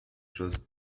choses